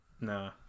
Nah